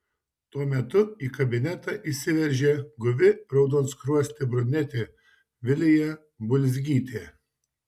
tuo metu į kabinetą įsiveržė guvi raudonskruostė brunetė vilija bulzgytė